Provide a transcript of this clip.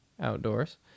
outdoors